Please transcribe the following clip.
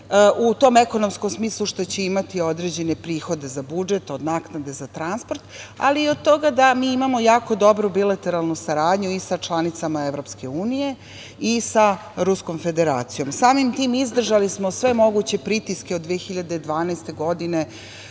u tom ekonomskom smislu zato što će imati određene prihode za budžet od naknade za transport, ali i od toga da mi imamo jako dobru bilateralnu saradnju i sa članicama EU i sa Ruskom Federacijom. Samim tim, izdržali smo sve moguće pritiske od 2012. godine